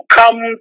come